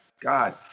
God